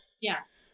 Yes